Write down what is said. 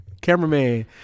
Cameraman